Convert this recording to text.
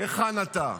היכן אתה?